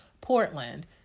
Portland